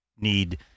need